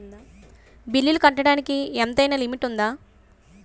బిల్లులు కట్టడానికి ఎంతైనా లిమిట్ఉందా?